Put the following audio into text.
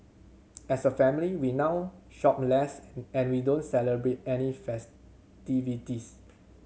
as a family we now shop less and we don't celebrate any festivities